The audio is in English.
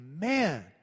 man